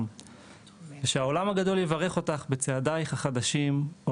ושהעולם הגדול יברך אותך בצעדייך החדשים.